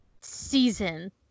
season